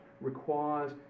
requires